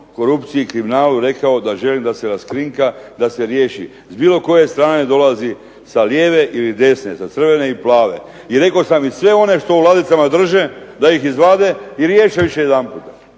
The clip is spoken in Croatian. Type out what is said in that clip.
korupciji, kriminalu rekao da želim da se raskrinka, da se riješi. S bilo koje strane dolazi sa lijeve ili desne, sa crvene i plave i rekao sam i sve one što u ladicama drže da ih izvade i riješe više jedanputa.